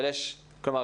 כלומר,